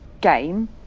game